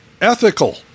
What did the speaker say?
ethical